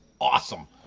awesome